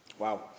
Wow